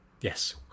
Yes